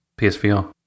psvr